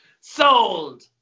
sold